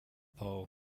poe